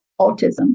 Autism